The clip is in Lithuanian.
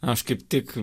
aš kaip tik